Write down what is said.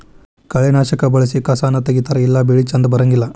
ಕಳೆನಾಶಕಾ ಬಳಸಿ ಕಸಾನ ತಗಿತಾರ ಇಲ್ಲಾ ಬೆಳಿ ಚಂದ ಬರಂಗಿಲ್ಲಾ